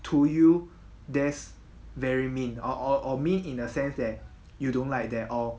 to you that's very mean or or mean in a sense that you don't like it at all